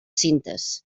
cintes